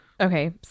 okay